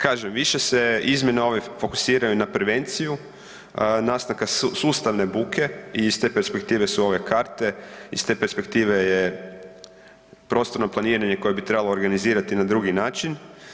Kažem, više se izmjene ove fokusiraju na prevenciju nastavka sustavne buke i iz te perspektive su ove karte, iz te perspektive je prostorno planiranje koje bi trebalo organizirati na drugi način.